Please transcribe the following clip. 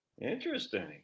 Interesting